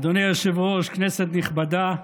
אדוני היושב-ראש, כנסת נכבדה,